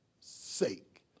sake